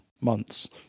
months